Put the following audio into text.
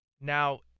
now